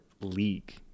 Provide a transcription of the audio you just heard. league